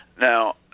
Now